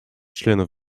членов